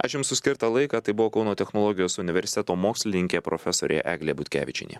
ačiū jums už skirtą laiką tai buvo kauno technologijos universeto mokslininkė profesorė eglė butkevičienė